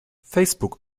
facebook